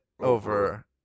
over